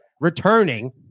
returning